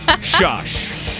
shush